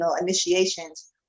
initiations